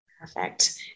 Perfect